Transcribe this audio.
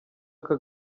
aka